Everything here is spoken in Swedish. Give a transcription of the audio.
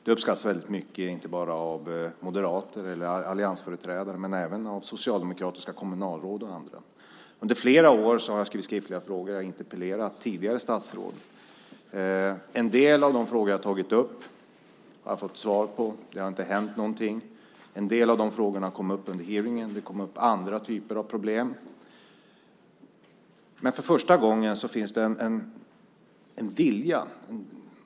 Det uppskattades väldigt mycket inte bara av moderater eller alliansföreträdare utan även av socialdemokratiska kommunalråd och andra. Under flera år har jag skrivit skriftliga frågor och interpellerat till tidigare statsråd. En del av de frågor jag har tagit upp har jag fått svar på. Det har inte hänt något. En del av dessa frågor kom upp under hearingen. Det kom upp andra typer av problem. Men för första gången finns det en vilja.